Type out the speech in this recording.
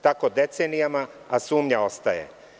Tako decenijama, a sumnja ostaje.